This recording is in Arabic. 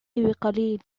بقليل